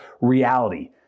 reality